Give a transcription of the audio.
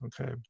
okay